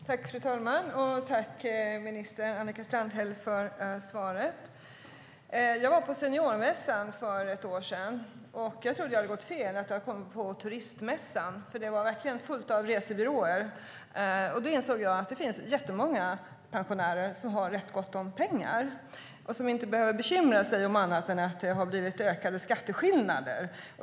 STYLEREF Kantrubrik \* MERGEFORMAT Svar på interpellationerFru talman! Tack, statsrådet Strandhäll, för svaret! Jag var på Seniormässan för ett år sedan och trodde att jag hade gått fel. Jag trodde att jag kommit till en turistmässa, för där var fullt av resebyråer. Då insåg jag att det finns jättemånga pensionärer som har rätt gott om pengar och inte behöver bekymra sig om annat än att det blivit ökade skatteskillnader.